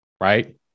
right